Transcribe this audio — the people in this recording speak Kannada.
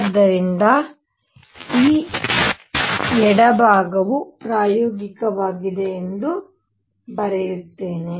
ಆದ್ದರಿಂದ ಈ ಎಡ ಭಾಗವು ಪ್ರಾಯೋಗಿಕವಾಗಿದೆ ಎಂದು ಬರೆಯುತ್ತೇನೆ